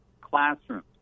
classrooms